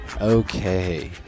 okay